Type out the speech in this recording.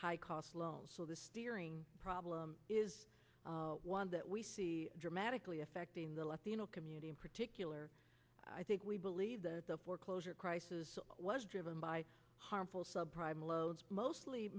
high cost loans so the steering problem is one that we see dramatically affecting the latino community in particular i think we believe that the foreclosure crisis was driven by harmful sub prime loans mostly